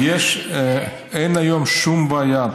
אין היום שום בעיה,